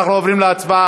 אנחנו עוברים להצבעה.